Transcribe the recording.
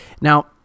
Now